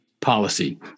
policy